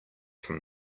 from